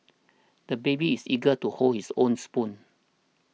the baby is eager to hold his own spoon